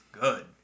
good